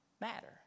matter